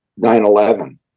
9-11